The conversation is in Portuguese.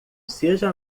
seja